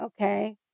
okay